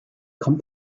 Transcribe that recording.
kommt